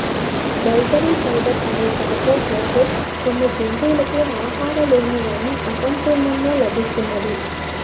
dietary fibre అనే carbohydrate కొన్ని జంతువులకు ఆహారలేమి వలన అసంపూర్ణంగా లభిస్తున్నది